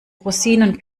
rosinen